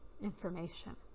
information